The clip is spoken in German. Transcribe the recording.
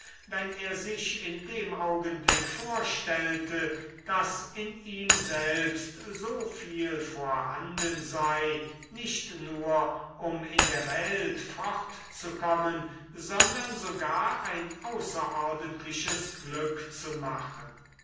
wenn er sich in dem augenblick vorstellte daß in ihm selbst so viel vorhanden sei nicht nur um in der welt fortzukommen sondern sogar ein außerordentliches glück zu machen